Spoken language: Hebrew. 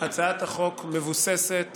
מבוססת